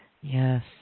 Yes